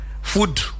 food